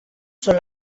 són